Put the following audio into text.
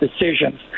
decisions